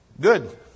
good